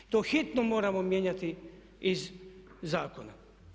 To hitno moramo mijenjati iz zakona.